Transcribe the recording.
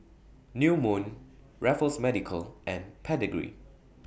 New Moon Raffles Medical and Pedigree